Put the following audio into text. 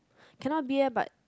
cannot be but